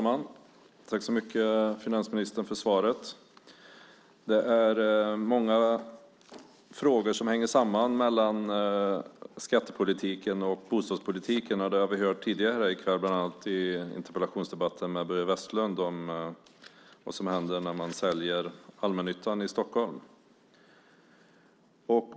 Fru talman! Jag tackar finansministern så mycket för svaret. Det är många frågor som hänger samman när det gäller skattepolitiken och bostadspolitiken. Det har vi hört tidigare i kväll, bland annat i interpellationsdebatten med Börje Vestlund om vad som händer när man säljer allmännyttan i Stockholm.